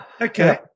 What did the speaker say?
Okay